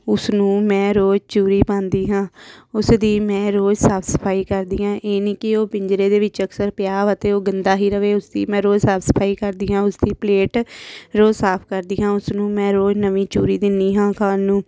ਉਸਨੂੰ ਮੈਂ ਰੋਜ਼ ਚੂਰੀ ਪਾਉਂਦੀ ਹਾਂ ਉਸ ਦੀ ਮੈਂ ਰੋਜ਼ ਸਾਫ਼ ਸਫ਼ਾਈ ਕਰਦੀ ਹਾਂ ਇਹ ਨਹੀਂ ਕਿ ਉਹ ਪਿੰਜਰੇ ਦੇ ਵਿੱਚ ਅਕਸਰ ਪਿਆ ਵਾ ਤਾਂ ਉਹ ਗੰਦਾ ਹੀ ਰਹੇ ਉਸਦੀ ਮੈਂ ਰੋਜ਼ ਸਾਫ਼ ਸਫ਼ਾਈ ਕਰਦੀ ਹਾਂ ਉਸਦੀ ਪਲੇਟ ਰੋਜ਼ ਸਾਫ਼ ਕਰਦੀ ਹਾਂ ਉਸ ਨੂੰ ਮੈਂ ਰੋਜ਼ ਨਵੀਂ ਚੂਰੀ ਦਿੰਦੀ ਹਾਂ ਖਾਣ ਨੂੰ